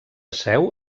seu